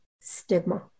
stigma